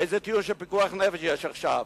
איזה טיעון של פיקוח נפש יש עכשיו?